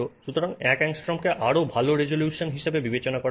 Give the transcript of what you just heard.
সুতরাং 1 অ্যাংস্ট্রোমকে আরও ভাল রেজোলিউশন হিসাবে বিবেচনা করা হয়